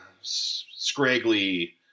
scraggly